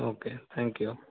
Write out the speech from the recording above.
okay thank you